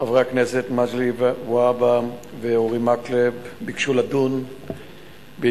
חברי הכנסת מגלי והבה ואורי מקלב ביקשו לדון בהתגברות